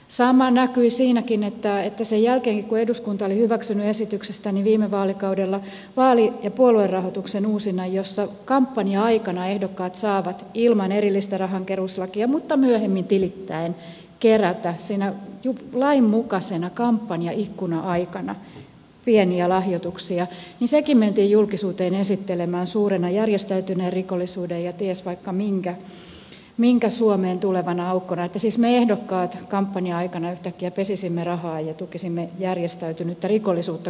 sama näkyi siinäkin että sen jälkeenkin kun eduskunta oli hyväksynyt esityksestäni viime vaalikaudella vaali ja puoluerahoituksen uusinnan jossa kampanja aikana ehdokkaat saavat ilman erillistä rahankeruulakia mutta myöhemmin tilittäen kerätä sinä lainmukaisena kampanjaikkuna aikana pieniä lahjoituksia se mentiin julkisuuteen esittelemään suurena järjestäytyneen rikollisuuden ja ties vaikka minkä suomeen tulevana aukkona siis me ehdokkaat kampanja aikana yhtäkkiä pesisimme rahaa ja tukisimme järjestäytynyttä rikollisuutta